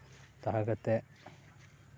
ᱛᱟᱦᱮᱸ ᱠᱟᱛᱮᱫ